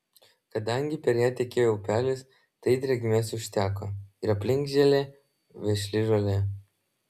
kadangi per ją tekėjo upelis tai drėgmės užteko ir aplink žėlė vešli žolė